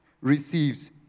receives